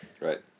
Right